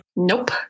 Nope